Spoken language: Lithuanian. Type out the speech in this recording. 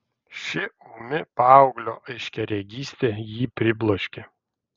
ši ūmi paauglio aiškiaregystė jį pribloškė